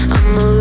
I'ma